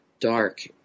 dark